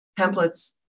templates